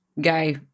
guy